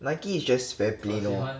Nike is just very plain lor